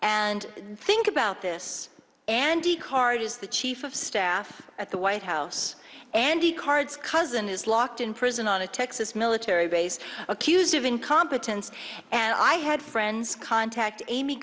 and think about this andy card as the chief of staff at the white house andy card's cousin is locked in prison on a texas military base accused of incompetence and i had friends contact amy